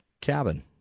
cabin